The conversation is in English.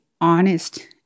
honest